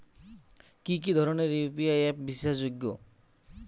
কি কি ধরনের ইউ.পি.আই অ্যাপ বিশ্বাসযোগ্য?